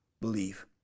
believe